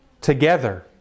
together